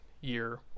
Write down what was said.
year